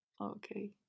okay